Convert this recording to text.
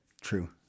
True